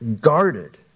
guarded